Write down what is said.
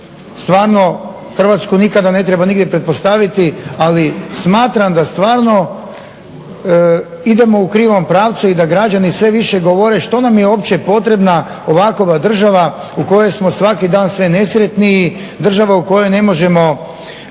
nikada Hrvatsku ne treba nigdje pretpostaviti, ali smatram da stvarno idemo u krivom pravcu i da građani sve više govore što nam je uopće potrebna ovakova država u kojoj smo svaki dan sve nesretniji, država u kojoj ne možemo